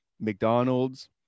mcdonald's